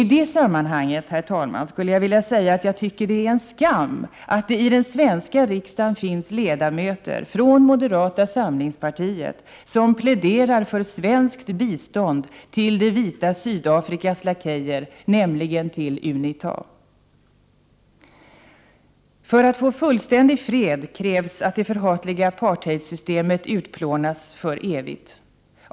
I det sammanhanget skulle jag vilja säga att jag tycker det är en skam att det i Sveriges riksdag finns ledamöter, från moderata samlingspartiet, som pläderar för svenskt bistånd till det vita Sydafrikas lakejer, nämligen till UNITA. För att få fullständig fred krävs att det förhatliga apartheidsystemet utplånas för evigt.